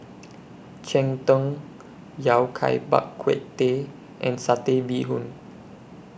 Cheng Tng Yao Cai Bak Kut Teh and Satay Bee Hoon